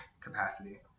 capacity